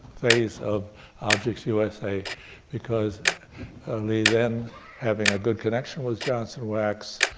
phase of objects usa because only then having a good connection with johnson wax,